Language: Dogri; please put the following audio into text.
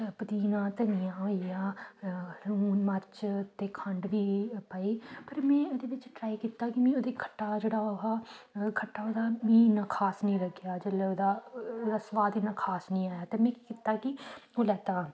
पदीना धनिया होई गेआ लून मर्च ते खंड बी पाई पर में ओह्दे बिच्च ट्राई कीता कि मी ओह्दे खट्टा जेह्ड़ा ओह् हा खट्टा ओह्दा मी इ'न्ना खास निं लग्गेआ जेल्लै ओह्दा सुआद इ'न्ना खास निं ऐ हा में कीता कि मी ओह् लैत्ता